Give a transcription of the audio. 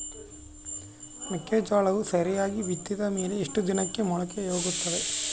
ಮೆಕ್ಕೆಜೋಳವು ಸರಿಯಾಗಿ ಬಿತ್ತಿದ ಮೇಲೆ ಎಷ್ಟು ದಿನಕ್ಕೆ ಮೊಳಕೆಯಾಗುತ್ತೆ?